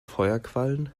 feuerquallen